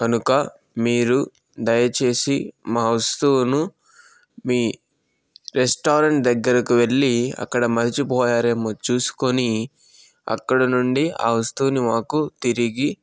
కనుక మీరు దయచేసి మా వస్తువును మీ రెస్టారెంట్ దగరకు వెళ్ళీ అక్కడ మర్చిపోయారేమో చూసుకుని అక్కడ నుండి ఆ వస్తువుని మాకు తిరిగి